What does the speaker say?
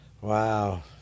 wow